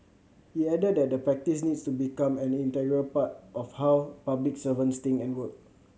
he added that the practice needs to become an integral part of how public servants think and work